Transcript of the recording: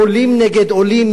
עולים נגד עולים,